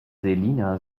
selina